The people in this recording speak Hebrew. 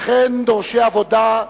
וכן דורשי עבודה,